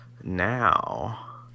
now